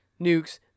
nukes